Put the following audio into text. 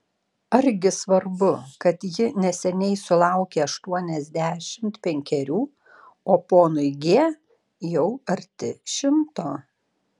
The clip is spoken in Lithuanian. argi svarbu kad ji neseniai sulaukė aštuoniasdešimt penkerių o ponui g jau arti šimto